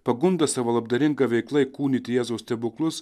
pagunda savo labdaringa veikla įkūnyti jėzaus stebuklus